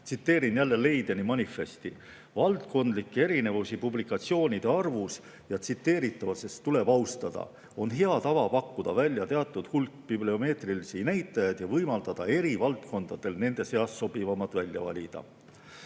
Tsiteerin jälle Leideni manifesti: "Valdkondlikke erinevusi publikatsioonide arvus ja tsiteeritavuses tuleb austada. On hea tava pakkuda välja teatud hulk bibliomeetrilisi näitajaid ja võimaldada eri valdkondadel nende seast sobivamad välja valida."